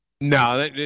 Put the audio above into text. No